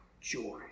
joy